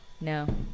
No